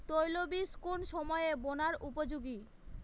তৈলবীজ কোন সময়ে বোনার উপযোগী?